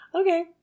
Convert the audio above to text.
Okay